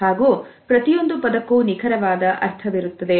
ಹಾಗೂ ಪ್ರತಿಯೊಂದು ಪದಕ್ಕೂ ನಿಖರವಾದ ಅರ್ಥವಿರುತ್ತದೆ